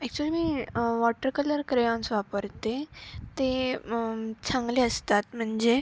actually मी water colour crayons वापरते ते चांगले असतात म्हणजे